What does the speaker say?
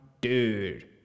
dude